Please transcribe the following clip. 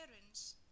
parents